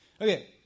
Okay